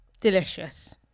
delicious